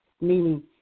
Meaning